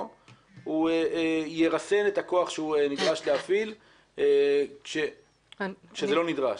הוא ירסן את הכוח שהוא נדרש להפעיל כשזה לא נדרש.